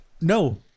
no